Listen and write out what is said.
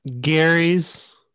Gary's